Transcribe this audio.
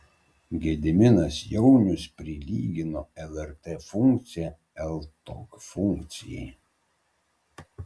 gediminas jaunius prilygino lrt funkciją ltok funkcijai